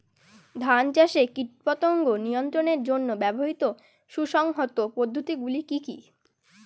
ধান চাষে কীটপতঙ্গ নিয়ন্ত্রণের জন্য ব্যবহৃত সুসংহত পদ্ধতিগুলি কি কি?